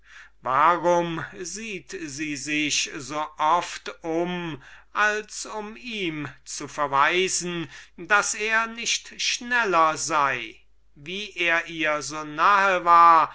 warum sieht sie sich so oft um als um ihm zu verweisen daß er nicht schneller sei wie er ihr so nahe ist